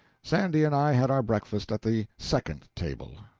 sandy and i had our breakfast at the second table.